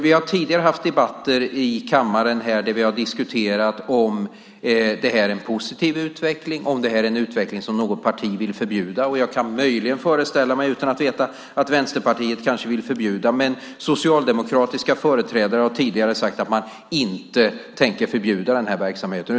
Vi har tidigare haft debatter i kammaren då vi har diskuterat om det här är en positiv utveckling eller om det här är en utveckling som något parti vill förbjuda. Jag kan möjligen föreställa mig, utan att veta det, att Vänsterpartiet kanske vill förbjuda det. Men socialdemokratiska företrädare har tidigare sagt att man inte tänker förbjuda den här verksamheten.